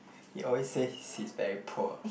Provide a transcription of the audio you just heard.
he always say he he's very poor